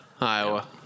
Iowa